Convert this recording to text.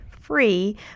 free